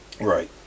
Right